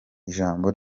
ijambo